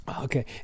okay